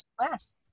class